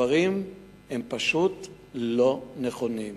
הדברים הם פשוט לא נכונים.